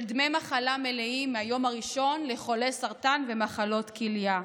של דמי מחלה מלאים מהיום הראשון לחולי סרטן ומחלות כליה.